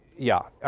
yeah.